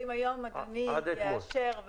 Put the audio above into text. אם היום אדוני יאשר,